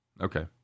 Okay